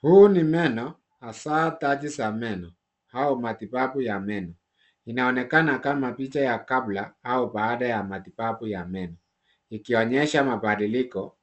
Huu ni meno hasaa taji za meno au matibabu ya meno. Inaonekana kama picha ya kabla au baada ya matibabu ya meno. Ikionyesha mabadiliko